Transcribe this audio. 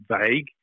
vague